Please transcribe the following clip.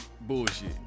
bullshit